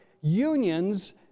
unions